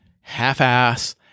half-ass